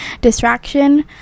distraction